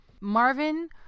Marvin